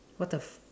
what the